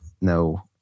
no